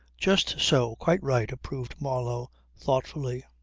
just so. quite right, approved marlow thoughtfully.